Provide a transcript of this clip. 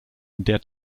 der